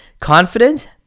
Confident